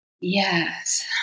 Yes